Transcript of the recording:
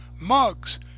mugs